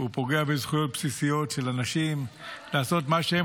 הוא פוגע בזכויות בסיסיות של אנשים לעשות מה שהם